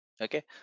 okay